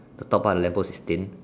the top part of lamp post is thin